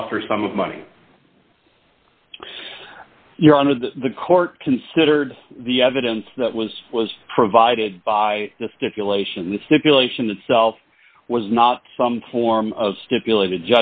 cost for a sum of money you're on of the the court considered the evidence that was was provided by the stipulation the stipulation itself was not some form of stipulated